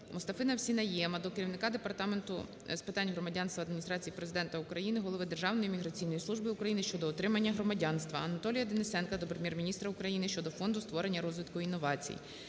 Мустафи-МасіНайєма до Керівника Департаменту з питань громадянства Адміністрації Президента України, голови Державної міграційної служби України щодо отримання громадянства. Анатолія Денисенка до Прем'єр-міністра України щодо Фонду створення розвитку інновацій.